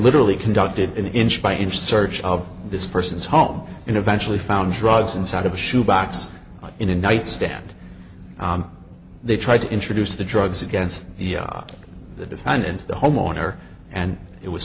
literally conducted an inch by inch search of this person's home and eventually found drugs inside of a shoe box in a nightstand they tried to introduce the drugs against the defendant the homeowner and it was